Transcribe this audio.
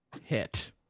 hit